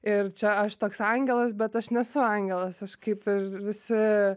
ir čia aš toks angelas bet aš nesu angelas aš kaip ir visi